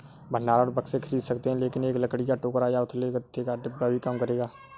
भंडारण बक्से खरीद सकते हैं लेकिन एक लकड़ी का टोकरा या उथले गत्ते का डिब्बा भी काम करेगा